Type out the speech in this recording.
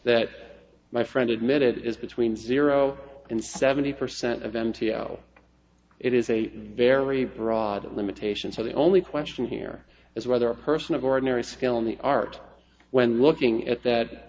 that my friend admitted is between zero and seventy percent of m t l it is a very broad limitation so the only question here is whether a person of ordinary skill in the art when looking at that